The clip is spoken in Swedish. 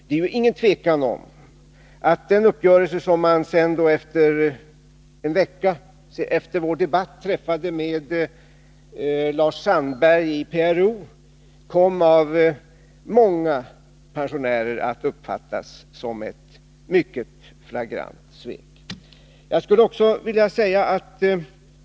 Det är inget tvivel om att den uppgörelse som man en vecka efter vår debatt träffade med Lars Sandberg i PRO av många pensionärer kom att uppfattas som ett mycket flagrant svek.